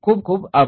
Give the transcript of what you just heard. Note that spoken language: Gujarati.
ખુબ ખુબ આભાર